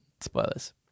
spoilers